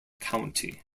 county